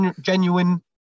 genuine